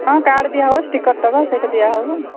ହଁ କାର୍ଡ଼ ଦିଆହେବ ଷ୍ଟିକର ଦେବା ସେଇଟା ଦିଆହେବ